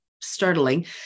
startling